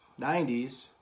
90s